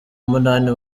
munani